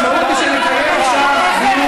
המשמעות היא שנצטרך עכשיו,